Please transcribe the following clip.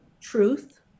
truth